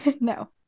no